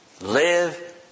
live